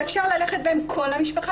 שאפשר ללכת בהם כל המשפחה,